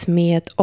med